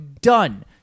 done